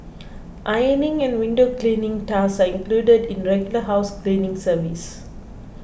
ironing and window cleaning tasks are included in regular house cleaning service